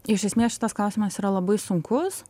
iš esmės šitas klausimas yra labai sunkus